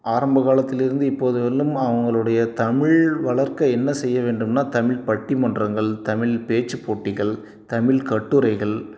ஆரம்ப காலத்திலிருந்து இப்போது வரையிலும் அவங்களுடைய தமிழ் வளர்க்க என்ன செய்ய வேண்டும்னா தமிழ் பட்டிமன்றங்கள் தமிழ் பேச்சுப் போட்டிகள் தமிழ் கட்டுரைகள்